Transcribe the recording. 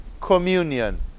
communion